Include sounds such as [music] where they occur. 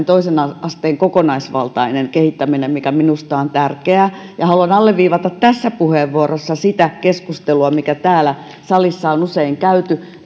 [unintelligible] toisen asteen kokonaisvaltainen kehittäminen mikä minusta on tärkeä haluan alleviivata tässä puheenvuorossa sitä keskustelua mitä täällä salissa on on usein käyty